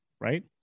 Right